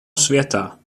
světa